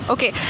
Okay